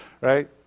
right